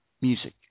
music